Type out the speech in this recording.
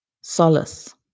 solace